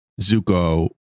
Zuko